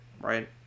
right